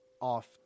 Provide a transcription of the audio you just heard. off